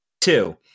Two